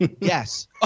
yes